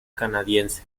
canadiense